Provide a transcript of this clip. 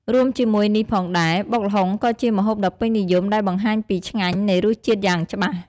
រួមជាមួយនេះផងដែរ បុកល្ហុងក៏ជាម្ហូបដ៏ពេញនិយមដែលបង្ហាញពីឆ្ញាញ់នៃរសជាតិយ៉ាងច្បាស់។